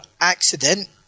accident